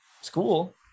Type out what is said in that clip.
school